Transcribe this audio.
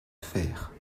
fère